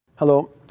Hello